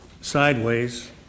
sideways